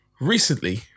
recently